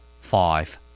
Five